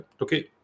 okay